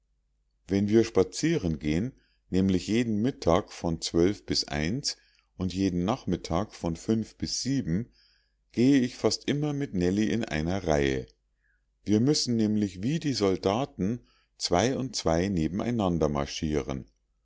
wenn wir spazieren gehen nämlich jeden mittag von zwölf bis eins und jeden nachmittag von fünf bis sieben gehe ich fast immer mit nellie in einer reihe wir müssen nämlich wie die soldaten zwei und zwei nebeneinander marschieren